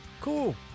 Cool